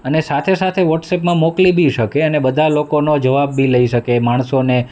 અને સાથે સાથે વોટ્સએપમાં મોકલી બી શકે અને બધા લોકોનો જવાબ બી લઈ શકે એ માણસોને